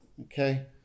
Okay